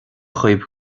dhaoibh